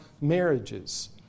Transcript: marriages